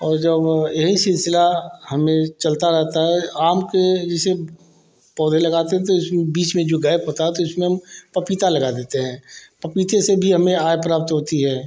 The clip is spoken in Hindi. और जब यही सिलसिला हमें चलता रहता है आम के जैसे पौधे लगाते हैं तो उसमें बीच में जो गैप होता है तो उसमें हम पपीता लगा देते हैं पपीते से भी हमें आय प्राप्त होती है